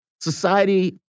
Society